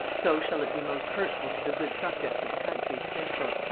so shall it be most hurtful to the good subjects of the country and